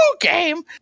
game